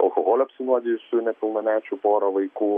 alkoholiu apsinuodijusių nepilnamečių pora vaikų